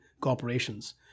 corporations